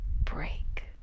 break